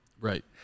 Right